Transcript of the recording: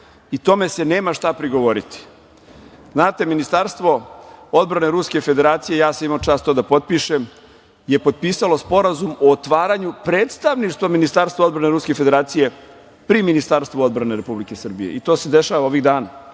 i tome se nema šta prigovoriti. Znate, Ministarstvo odbrane Ruske Federacije, ja sam imao čast to da potpišem, je potpisalo Sporazum o otvaranju predstavništva Ministarstva odbrane Ruske Federacije pri Ministarstvu odbrane Republike Srbije i to se dešava ovih dana,